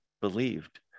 believed